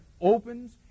opens